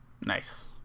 Nice